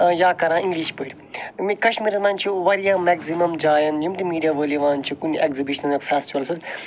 یا کَران اِنٛگلِش پٲٹھۍ کشمیٖرَس مَنٛز چھ واریاہ میٚگزِمَم جایَن یِم تہِ میٖڈیا وٲلۍ یِوان چھ کُنہِ ایٚگزِبِشنَس یا فیٚسٹِوَلَس مَنٛز تتہِ